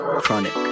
Chronic